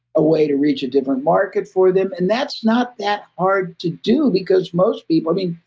a way to reach a different market for them. and that's not that hard to do, because most people. i mean,